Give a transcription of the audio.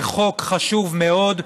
זה חוק חשוב מאוד,